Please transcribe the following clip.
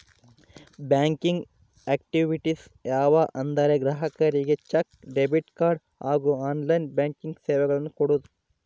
banking activities ಯಾವ ಅಂದರೆ ಗ್ರಾಹಕರಿಗೆ ಚೆಕ್, ಡೆಬಿಟ್ ಕಾರ್ಡ್ ಹಾಗೂ ಆನ್ಲೈನ್ ಬ್ಯಾಂಕಿಂಗ್ ಸೇವೆಗಳನ್ನು ಕೊಡೋದು